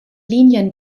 linien